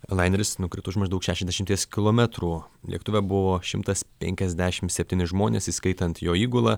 laineris nukrito už maždaug šešiasdešimties kilometrų lėktuve buvo šimtas penkiasdešimt septyni žmonės įskaitant jo įgulą